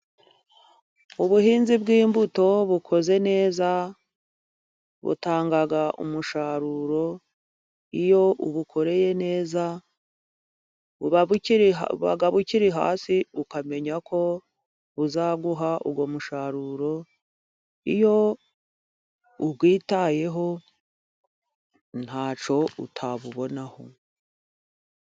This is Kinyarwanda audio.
Ubuhinzi bw'imbuto bukoze neza butanga umusaruro iyo ubukoreye neza buba bukiri hasi ukamenya ko buzaguha uwo musaruro . Iyo ukwitayeho ntacyo utabubonaho.